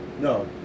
No